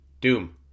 Doom